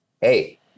hey